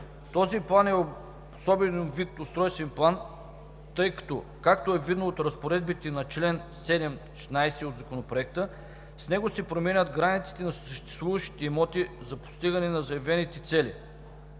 Този план е особен вид устройствен план, тъй като, както е видно от разпоредбите на чл. 7 – 16 от Законопроекта, с него се променят границите на съществуващите имоти за постигане на заявените цели